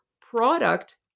product